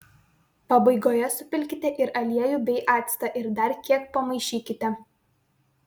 pabaigoje supilkite ir aliejų bei actą ir dar kiek pamaišykite